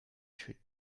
should